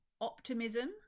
optimism